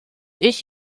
ich